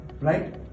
right